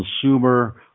consumer